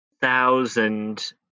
thousand